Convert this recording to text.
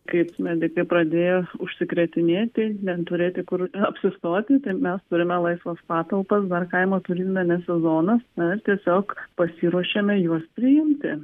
kaip medikai pradėjo užsikrėtinėti neturėti kur apsistoti tai mes turime laisvas patalpas dar kaimo turizme ne sezonas mes tiesiog pasiruošėme juos priimti